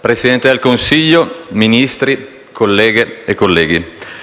Presidente del Consiglio, Ministri, colleghe e colleghi,